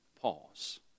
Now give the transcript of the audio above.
Pause